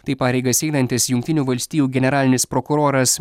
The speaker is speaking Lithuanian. tai pareigas einantis jungtinių valstijų generalinis prokuroras